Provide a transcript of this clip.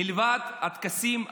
מלבד הטקסים הרשמיים,